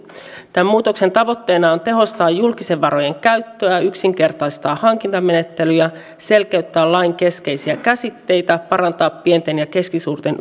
tämän muutoksen tavoitteena on tehostaa julkisten varojen käyttöä yksinkertaistaa hankintamenettelyjä selkeyttää lain keskeisiä käsitteitä parantaa pienten ja keskisuurten